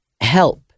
help